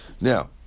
Now